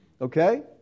okay